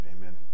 amen